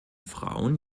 frauen